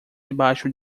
debaixo